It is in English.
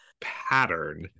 pattern